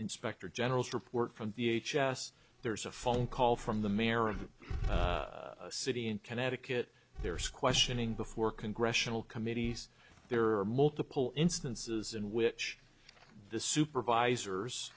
inspector general's report from v h s there's a phone call from the mayor of a city in connecticut there's questioning before congressional committees there are multiple instances in which the supervisors